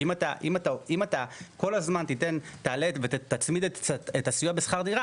כי אם אתה כל הזמן תיתן תעלה ותצמיד את הסיוע בשכר דירה